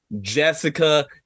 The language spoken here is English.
Jessica